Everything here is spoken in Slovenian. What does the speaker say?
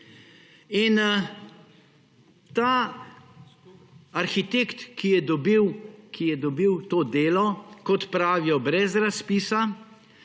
Ta arhitekt, ki je dobil to delo, kot pravijo brez razpisa,